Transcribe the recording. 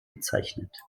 bezeichnet